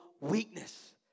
weakness